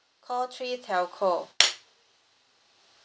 call three telco